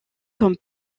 comme